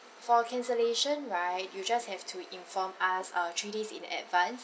for cancellation right you just have to inform us uh three days in advance